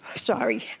sorry,